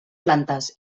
plantes